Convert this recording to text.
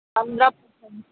पंद्रह परसेंट